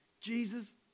Jesus